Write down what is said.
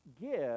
give